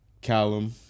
Callum